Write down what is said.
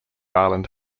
island